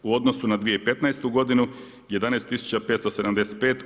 U odnosu na 2015. godinu 11575.